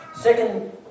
Second